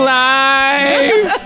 life